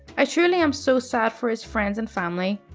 i truly am so sad for his friends and family.